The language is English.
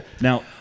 Now